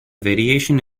variation